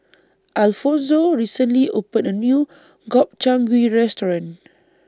Alfonzo recently opened A New Gobchang Gui Restaurant